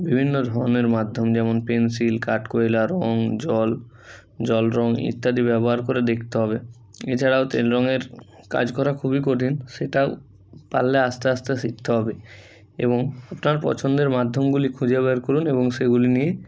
বিভিন্ন ধরনের মাধ্যম যেমন পেন্সিল কাঠ কয়লা রঙ জল জল রঙ ইত্যাদি ব্যবহার করে দেখতে হবে এছাড়াও তেল রঙের কাজ করা খুবই কঠিন সেটা পারলে আস্তে আস্তে শিখতে হবে এবং ওটার পছন্দের মাধ্যমগুলি খুঁজে বের করুন এবং সেগুলি নিয়ে